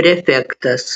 prefektas